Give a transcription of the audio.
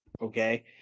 okay